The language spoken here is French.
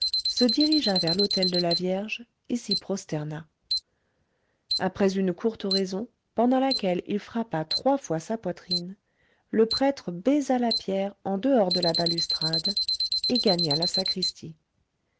se dirigea vers l'autel de la vierge et s'y prosterna après une courte oraison pendant laquelle il frappa trois fois sa poitrine le prêtre baisa la pierre en dehors de la balustrade et gagna la sacristie